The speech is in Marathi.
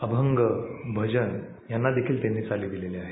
अभंग भजन यांना देखील त्यांनी चाली दिलेल्या आहेत